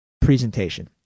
presentation